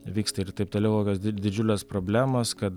vyksta ir taip toliau kokios di didžiulės problemos kad